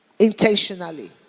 intentionally